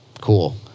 cool